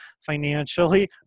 financially